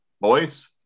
Boys